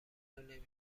نمی